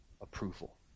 approval